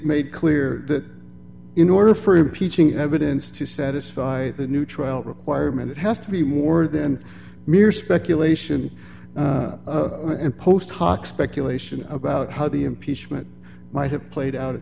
made clear that in order for impeaching evidence to satisfy the new trial requirement it has to be more than mere speculation and post hoc speculation about how the impeachment might have played out a